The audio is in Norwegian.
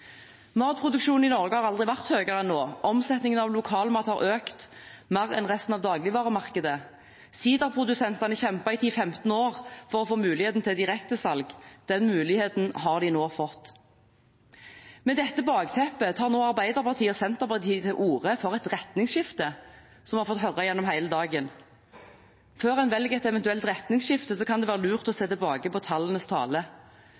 Matproduksjonen i Norge har aldri vært høyere enn nå. Omsetningen av lokalmat har økt mer enn resten av dagligvaremarkedet. Siderprodusentene kjempet i 10–15 år for å få mulighet til direktesalg. Den muligheten har de nå fått. Med dette bakteppet tar nå Arbeiderpartiet og Senterpartiet til orde for et retningsskifte, som vi har fått høre gjennom hele dagen. Før en velger et eventuelt retningsskifte, kan det være lurt å